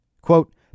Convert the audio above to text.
Quote